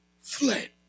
fled